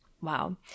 wow